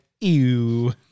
ew